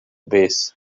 base